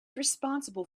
responsible